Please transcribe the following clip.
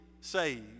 saved